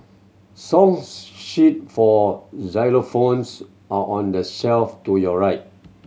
song sheet for xylophones are on the shelf to your right